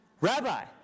Rabbi